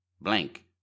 blank